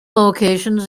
locations